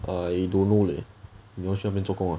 I don't know leh 你要去那边做工啊